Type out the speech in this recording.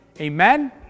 amen